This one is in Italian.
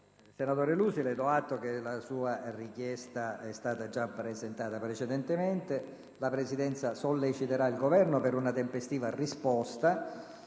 Senatore Lusi, le do atto che la sua richiesta è stata già presentata precedentemente. La Presidenza solleciterà il Governo per una tempestiva risposta